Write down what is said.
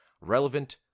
relevant